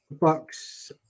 bucks